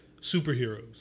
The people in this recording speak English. superheroes